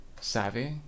savvy